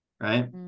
Right